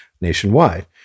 nationwide